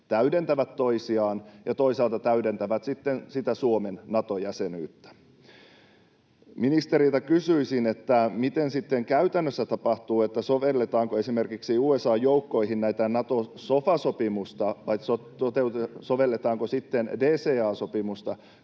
täydentävät toisiaan ja toisaalta täydentävät sitten sitä Suomen Nato-jäsenyyttä. Ministeriltä kysyisin, miten se sitten käytännössä tapahtuu: sovelletaanko esimerkiksi USA:n joukkoihin Nato-sofa-sopimusta vai sovelletaanko sitten DCA-sopimusta,